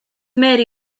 mary